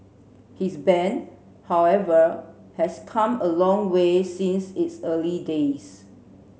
his band however has come a long way since its early days